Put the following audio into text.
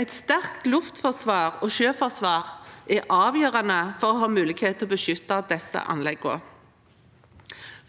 Et sterkt luftforsvar og sjøforsvar er avgjørende for å ha mulighet til å beskytte disse anleggene.